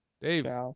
Dave